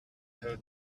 her